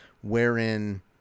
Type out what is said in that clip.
wherein